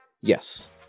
Yes